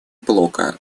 блока